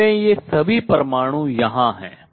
जिसमें ये सभी परमाणु यहाँ हैं